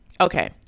Okay